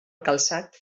calçat